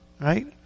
right